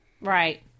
Right